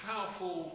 powerful